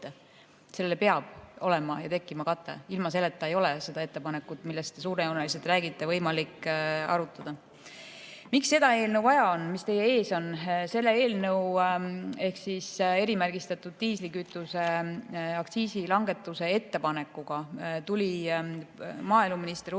Sellele peab tekkima kate, ilma selleta ei ole seda ettepanekut, millest te suurejooneliselt räägite, võimalik arutada. Miks on vaja seda eelnõu, mis teie ees on? Selle eelnõu ehk siis erimärgistatud diislikütuse aktsiisi langetuse ettepanekuga tuli maaeluminister Urmas